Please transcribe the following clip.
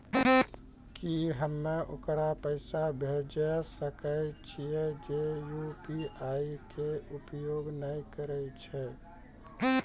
की हम्मय ओकरा पैसा भेजै सकय छियै जे यु.पी.आई के उपयोग नए करे छै?